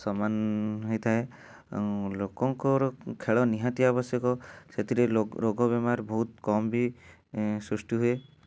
ସମାନ ହୋଇଥାଏ ଲୋକଙ୍କର ଖେଳ ନିହାତି ଆବଶ୍ୟକ ସେଥିରେ ଲୋ ରୋଗ ବେମାର ବହୁତ କମ ବି ସୃଷ୍ଟି ହୁଏ